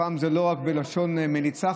זה לא רק בלשון מליצה,